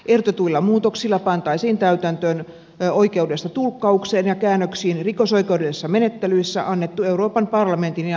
ehdotetuilla muutoksilla pantaisiin täytäntöön oikeudesta tulkkaukseen ja käännöksiin rikosoikeudellisissa menettelyissä annettu euroopan parlamentin ja neuvoston direktiivi